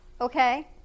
okay